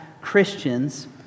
Christians